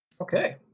Okay